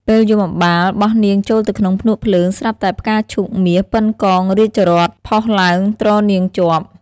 ពេលយមបាលបោះនាងចូលទៅក្នុងភ្នក់ភ្លើង ស្រាប់តែផ្កាឈូកមាសប៉ុនកង់រាជរថផុសឡើង ទ្រនាងជាប់ ។